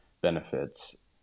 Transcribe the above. benefits